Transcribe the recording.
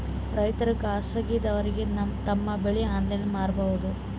ರೈತರು ಖಾಸಗಿದವರಗೆ ತಮ್ಮ ಬೆಳಿ ಆನ್ಲೈನ್ ಮಾರಬಹುದು?